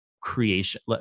creation